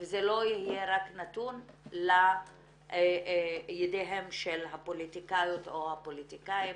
וזה לא יהיה נתון רק בידיהם של הפוליטיקאיות או הפוליטיקאים,